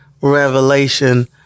revelation